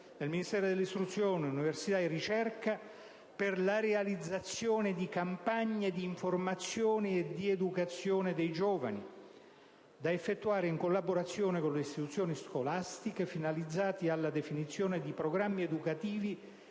del Ministero dell'istruzione, dell'università e della ricerca per la realizzazione di campagne di informazione e di educazione dei giovani, da effettuare in collaborazione con le istituzioni scolastiche, finalizzate alla definizione di programmi educativi